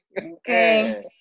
okay